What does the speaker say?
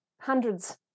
Hundreds